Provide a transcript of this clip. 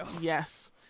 yes